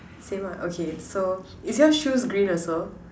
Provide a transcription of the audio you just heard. same lah okay so is yours shoes green also